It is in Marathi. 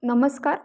नमस्कार